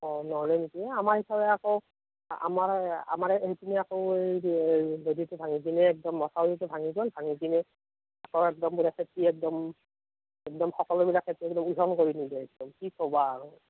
অ নহ'লে নেকি আমাৰ এইফালে আকৌ আমাৰ আমাৰ সেইপিনে আকৌ এই হেৰিটো ভাঙি দিলে একদম মঠাউৰিটো ভাঙি গ'ল ভাঙিকেনে চৰ একদম পুৰা খেতি একদম একদম সকলোবিলাক নিলে একদম কি ক'বা আৰু